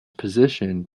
position